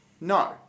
No